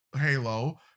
Halo